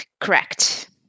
Correct